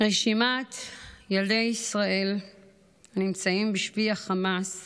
רשימת ילדי ישראל הנמצאים בשבי החמאס